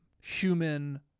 human